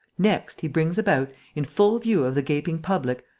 next, he brings about, in full view of the gaping public,